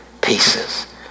pieces